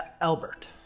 Albert